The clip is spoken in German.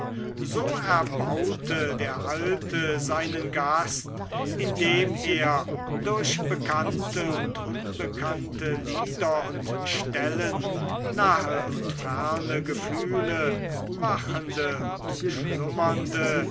so erbaute der alte seinen gast indem er durch bekannte und unbekannte lieder und stellen nahe und ferne gefühle wachende und schlummernde